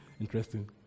Interesting